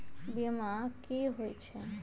बीमा कि होई छई?